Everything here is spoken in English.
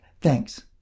Thanks